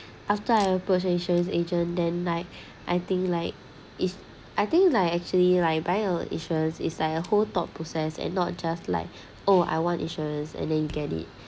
after I approach insurance agent then like I think like is I think like actually like buying a insurance is like a whole thought process and not just like oh I want insurance and then you get it